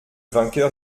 vainqueur